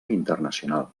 internacional